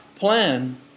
plan